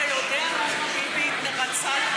אתה יודע למה ביבי רצה,